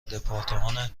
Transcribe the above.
دپارتمان